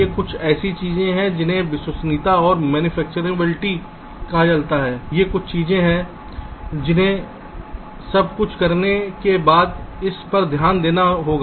ये कुछ ऐसी चीजें हैं जिन्हें विश्वसनीयता और मनुफक्चरबीलिटी कहा जाता है ये कुछ चीजें हैं जिन्हें सब कुछ करने के बाद इस पर ध्यान देना होगा